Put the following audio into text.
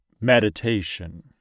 meditation